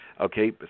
Okay